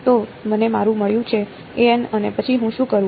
તો મને મારું મળ્યું છે અને પછી હું શું કરું